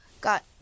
got